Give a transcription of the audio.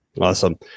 Awesome